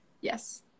Yes